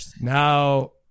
now